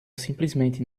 simplesmente